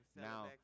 Now